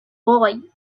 boy